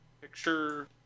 Picture